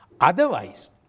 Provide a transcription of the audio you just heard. otherwise